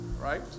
right